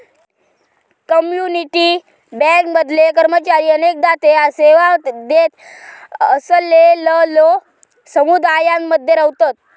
community bank मधले कर्मचारी अनेकदा ते सेवा देत असलेलल्यो समुदायांमध्ये रव्हतत